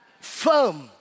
firm